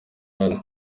ahari